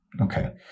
Okay